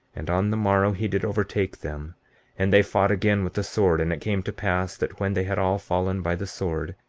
and on the morrow he did overtake them and they fought again with the sword. and it came to pass that when they had all fallen by the sword,